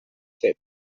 fet